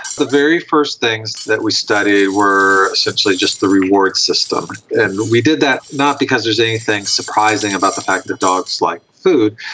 the very first things that we studied were essentially just the reward system, and we did that not because there's anything surprising about the fact that dogs like food,